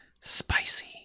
spicy